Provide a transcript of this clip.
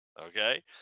okay